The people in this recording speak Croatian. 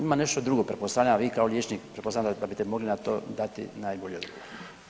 Ima nešto drugo pretpostavljam, vi kao liječnik pretpostavljam da biste mogli na to dati najbolji odgovor.